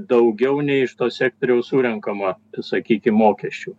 daugiau nei iš to sektoriaus surenkama sakykime mokesčių